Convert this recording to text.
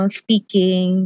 speaking